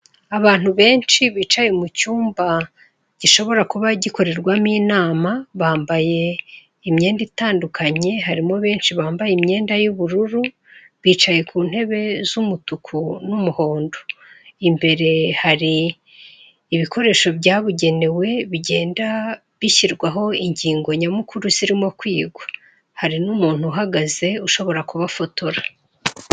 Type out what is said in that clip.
Abantu benshi bicaye mu cyumba gishobora kuba gikorerwamo inama bambaye imyenda itandukanye harimo benshi bambaye imyenda y'ubururu, bicaye ku ntebe z'umutuku n'umuhondo. Imbere hari ibikoresho byabugenewe bigenda bishyirwaho ingingo nyamukuru zirimo kwigwa hari n'umuntu uhagaze ushobora kubafotora.